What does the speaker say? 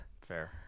Fair